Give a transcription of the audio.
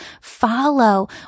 follow